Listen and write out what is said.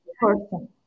person